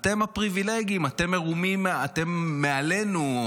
אתם הפריבילגים, אתם מורמים, אתם מעלינו.